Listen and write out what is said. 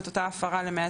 וקבענו את אותה הפרה ל-126(א)(1),